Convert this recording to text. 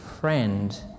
friend